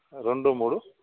రెండు మూడు